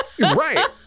Right